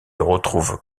retrouvent